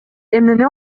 эмнени